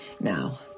Now